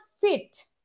fit